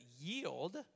yield